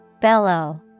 bellow